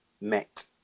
met